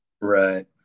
Right